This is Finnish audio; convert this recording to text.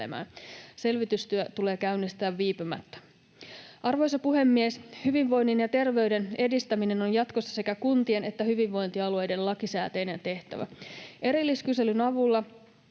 Selvitystyö tulee käynnistää viipymättä. Arvoisa puhemies! Hyvinvoinnin ja terveyden edistäminen on jatkossa sekä kuntien että hyvinvointialueiden lakisääteinen tehtävä. Erilliskyselyn avulla